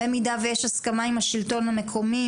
במידה ויש הסכמה עם השלטון המקומי,